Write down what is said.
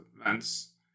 events